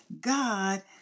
God